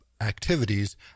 activities